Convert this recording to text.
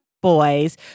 boys